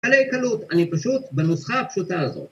קלה קלות, אני פשוט בנוסחה הפשוטה הזאת.